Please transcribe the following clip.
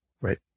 right